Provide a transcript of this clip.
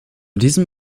diesem